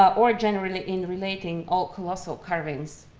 ah or generally in relating all colossal carvings